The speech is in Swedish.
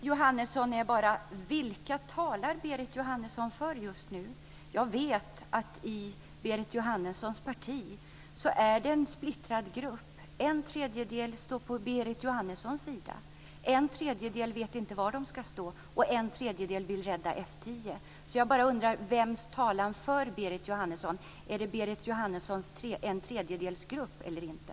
Fru talman! Min fråga tillbaka till Berit Jóhannesson är bara: Vilka talar Berit Jóhannesson för just nu? Jag vet att det är en splittrad grupp i Berit Jóhannessons parti. En tredjedel står på Berit Jóhannessons sida. En tredjedel vet inte var den ska stå. En tredjedel vill rädda F 10. Så jag bara undrar: Vems talan för Berit Jóhannesson? Är det Berit Jóhannessons grupp på en tredjedel eller inte?